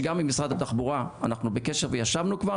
שגם עם משרד התחבורה אנחנו בקשר וישבנו כבר,